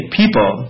people